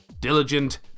Diligent